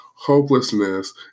Hopelessness